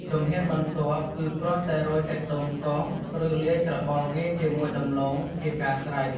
ជំហានបន្ទាប់គឺ គ្រាន់តែរោយសាច់ដូងកោស ឬលាយច្របល់វាជាមួយដំឡូង ជាការស្រេច ។